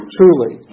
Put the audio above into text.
Truly